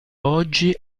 oggi